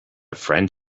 friend